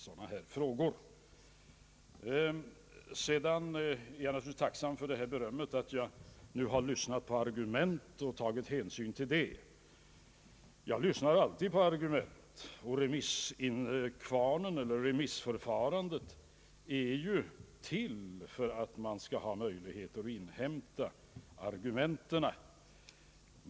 Jag är naturligtvis tacksam för berömmet att jag lyssnat på argument och tagit hänsyn till dessa. Jag lyssnar alltid på argument, och remissförfarandet är ju till för att man skall ha möjlighet att inhämta argumenten.